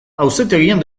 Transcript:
auzitegian